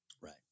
Right